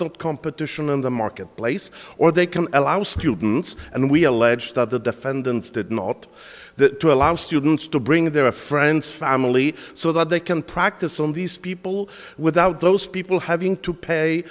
not competition in the marketplace or they can allow students and we allege that the defendants did not that to allow students to bring their friends family so that they can practice on these people without those people having to pay